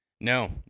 No